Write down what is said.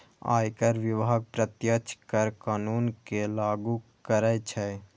आयकर विभाग प्रत्यक्ष कर कानून कें लागू करै छै